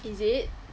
is it